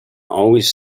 always